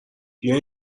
بیا